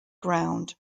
ground